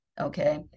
Okay